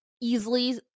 easily